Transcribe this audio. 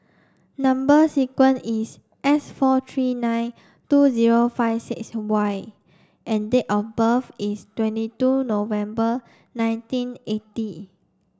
number sequence is S four three nine two zero five six Y and date of birth is twenty two November nineteen eighty